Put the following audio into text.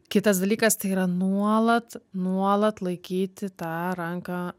kitas dalykas tai yra nuolat nuolat laikyti tą ranką